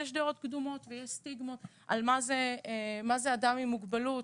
יש דעות קדומות ויש סטיגמות מה זה אדם עם מוגבלות,